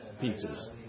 pieces